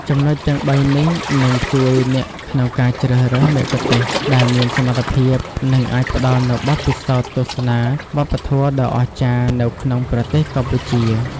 ចំណុចទាំងបីនេះនឹងជួយអ្នកក្នុងការជ្រើសរើសមគ្គុទ្ទេសក៍ដែលមានសមត្ថភាព និងអាចផ្តល់នូវបទពិសោធន៍ទស្សនាវប្បធម៌ដ៏អស្ចារ្យនៅក្នុងប្រទេសកម្ពុជា។